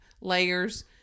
layers